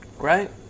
Right